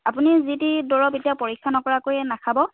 আপুনি যিটি দৰব এতিয়া পৰীক্ষা নকৰাকৈয়ে নাখাব